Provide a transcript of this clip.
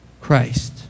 Christ